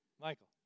Michael